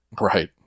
Right